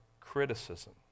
criticism